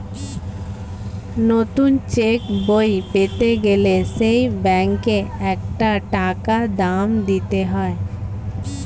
নতুন চেক বই পেতে গেলে সেই ব্যাংকে একটা টাকা দাম দিতে হয়